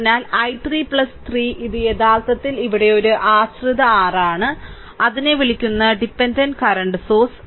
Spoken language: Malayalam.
അതിനാൽ I3 3 ഇത് യഥാർത്ഥത്തിൽ ഇവിടെ ഒരു ആശ്രിത r ആണ് അതിനെ വിളിക്കുന്ന ഡിപെൻഡന്റ് കറന്റ് സോഴ്സ്